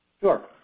Sure